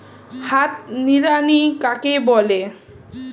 হাত নিড়ানি কাকে বলে?